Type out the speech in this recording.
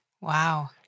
Wow